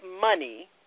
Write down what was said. money